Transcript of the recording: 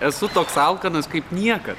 esu toks alkanas kaip niekad